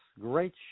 great